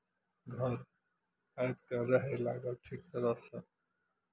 घर आबि कऽ रहय लागल ठीक तरहसँ